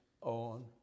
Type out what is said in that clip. on